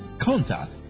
contact